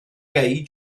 gei